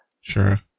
Sure